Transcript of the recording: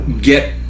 get